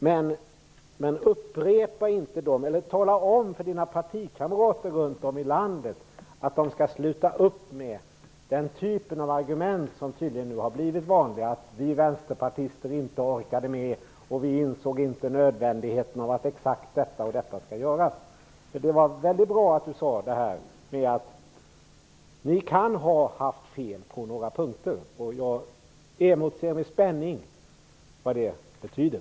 Men ni borde tala om för era partikamrater runt om i landet att de skall sluta upp med den typ av argument som tydligen nu har blivit vanliga: Att vi vänsterpartister inte orkade med och att vi inte insåg nödvändigheten av att det eller det skulle göras. Det var väldigt bra att Arne Kjörnsberg sade att Socialdemokraterna kan ha haft fel på några punkter. Jag emotser med spänning vad det betyder.